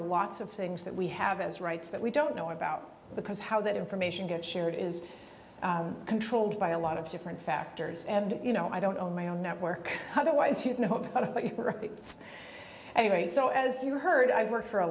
are lots of things that we have as rights that we don't know about because how that information gets shared is controlled by a lot of different factors and you know i don't own my own network otherwise you can hope anyway so as you heard i've worked for a